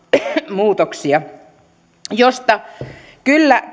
muutoksia joista kyllä